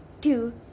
two